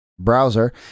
browser